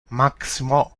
maximo